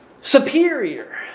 superior